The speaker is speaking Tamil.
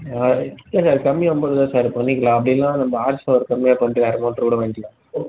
அது இல்லை சார் கம்மியாக பண்ணிக்கலாம் அப்படி இல்லைன்னா நம்ப ஹார்ஸ் பவர் கம்மியாக பண்ணிட்டு வேறு மோட்டர் கூட வாங்கிக்கலாம் இப்போ